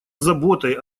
заботой